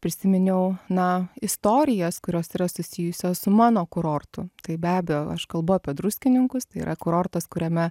prisiminiau na istorijas kurios yra susijusios su mano kurortu tai be abejo aš kalbu apie druskininkus tai yra kurortas kuriame